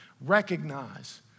recognize